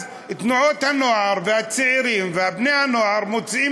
אז תנועות הנוער והצעירים ובני-הנוער מוצאים